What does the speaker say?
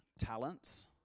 talents